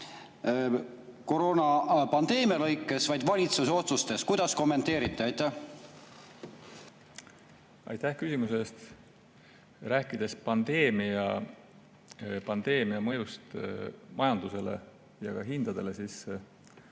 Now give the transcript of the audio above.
koroonapandeemia lõikes, vaid valitsuse otsustest. Kuidas kommenteerite? Aitäh küsimuse eest! Rääkides pandeemia mõjust majandusele ja hindadele,